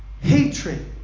Hatred